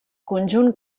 conjunt